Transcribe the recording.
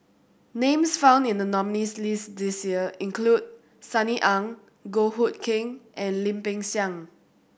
names found in the nominees' list this year include Sunny Ang Goh Hood Keng and Lim Peng Siang